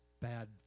bad